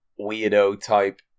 weirdo-type